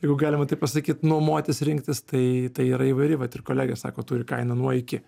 jeigu galima taip pasakyt nuomotis rinktis tai tai yra įvairi vat ir kolega sako turi kainą nuo iki